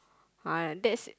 uh that's